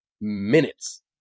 minutes